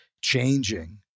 changing